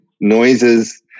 noises